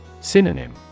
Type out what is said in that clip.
Synonym